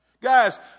Guys